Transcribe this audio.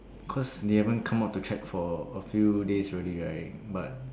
cause they haven't come out to check for a few days already right but